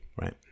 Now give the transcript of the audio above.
right